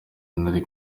nari